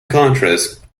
contrast